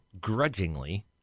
grudgingly